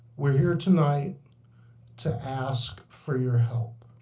we're here tonight to ask for your help.